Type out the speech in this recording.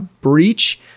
breach